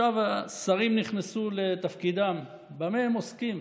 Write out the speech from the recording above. השרים נכנסו לתפקידם במה הם עוסקים?